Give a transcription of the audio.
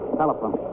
telephone